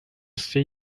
see